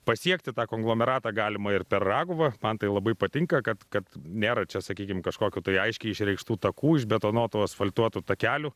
pasiekti tą konglomeratą galima ir per raguvą man tai labai patinka kad kad nėra čia sakykim kažkokių tai aiškiai išreikštų takų išbetonuotų asfaltuotų takelių